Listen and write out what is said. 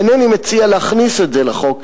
אינני מציע להכניס את זה לחוק,